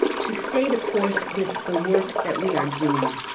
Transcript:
to stay the course with the work that we are doing,